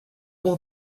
will